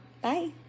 Bye